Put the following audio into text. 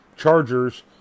Chargers